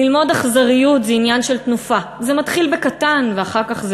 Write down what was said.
ללמוד אכזריות / זה עניין של תנופה / זה מתחיל בקטן / ואחר כך זה